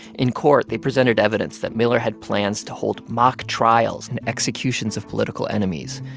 in court, they presented evidence that miller had plans to hold mock trials and executions of political enemies,